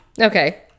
okay